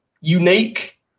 unique